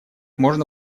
можно